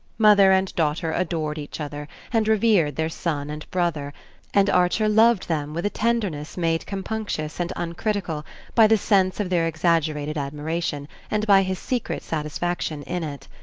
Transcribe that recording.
mother and daughter adored each other and revered their son and brother and archer loved them with a tenderness made compunctious and uncritical by the sense of their exaggerated admiration, and by his secret satisfaction in it.